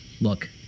look